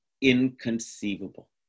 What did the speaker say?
inconceivable